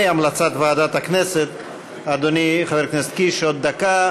המלצת ועדת הכנסת, אדוני חבר הכנסת קיש, עוד דקה.